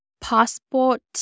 Passport